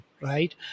right